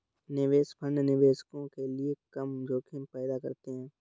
निवेश फंड निवेशकों के लिए कम जोखिम पैदा करते हैं